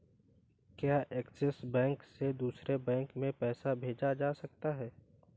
क्या ऐक्सिस बैंक से दूसरे बैंक में पैसे भेजे जा सकता हैं?